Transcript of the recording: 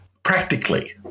practically